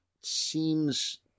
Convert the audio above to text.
seems